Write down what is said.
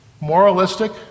Moralistic